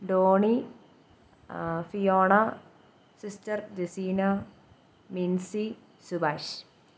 Doni Fiona sister Jaseena Minsi Subash